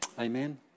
Amen